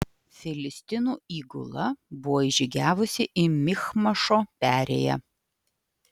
filistinų įgula buvo įžygiavusi į michmašo perėją